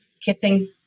kissing